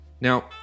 Now